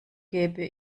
gebe